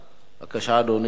בבקשה, אדוני.